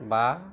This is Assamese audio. বা